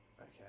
Okay